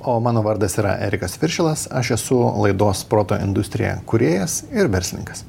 o mano vardas yra erikas viršilas aš esu laidos proto industrija kūrėjas ir verslininkas